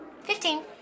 Fifteen